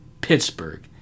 Pittsburgh